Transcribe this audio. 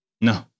no